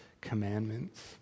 commandments